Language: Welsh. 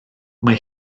mae